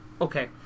Okay